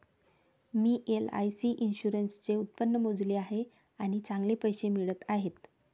मी LIC इन्शुरन्सचे उत्पन्न मोजले आहे आणि चांगले पैसे मिळत आहेत